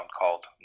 called